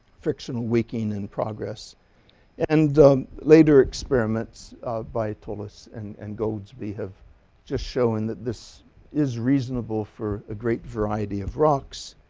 friction awaking in progress and later experiments by toeless and and we have just showing that this is reasonable for a great variety of rocks